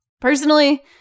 Personally